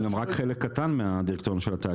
הם גם רק חלק קטן מהדירקטוריון של התאגיד.